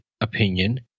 opinion